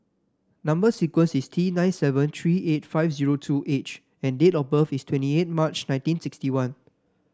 number sequence is T nine seven three eight five zero two H and date of birth is twenty eight March nineteen sixty one